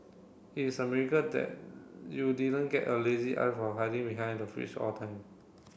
it's a miracle that you didn't get a lazy eye from hiding behind the fringe all time